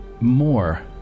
more